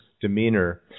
demeanor